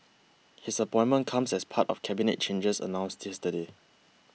his appointment comes as part of Cabinet changes announced yesterday